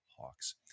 Hawks